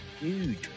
huge